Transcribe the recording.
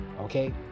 okay